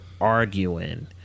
arguing